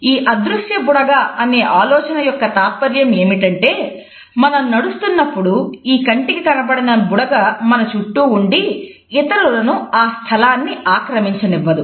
ఈ అదృశ్య బుడగ అనే ఆలోచన యొక్క తాత్పర్యం ఏమిటంటే మనం నడుస్తున్నప్పుడు ఈ కంటికి కనపడని బుడగ మన చుట్టూ ఉండి ఇతరులను ఆ స్థలాన్ని ఆక్రమించనివ్వదు